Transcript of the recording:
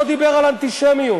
לא דיבר על אנטישמיות.